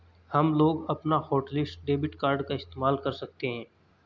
हमलोग अपना hotlist debit card का इस्तेमाल कर सकते हैं